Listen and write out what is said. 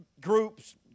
groups